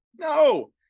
no